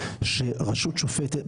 שרשות שופטת,